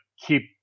keep